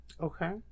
Okay